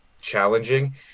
challenging